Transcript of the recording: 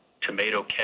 tomato